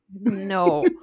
No